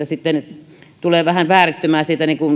sitten siitä tulee vähän vääristymää